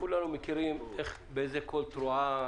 כולנו יודעים באיזה קול תרועה